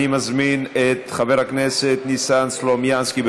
אני מזמין את חבר הכנסת ניסן סלומינסקי.